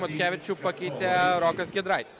mackevičių pakeitė rokas giedraitis